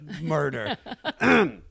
murder